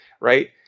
right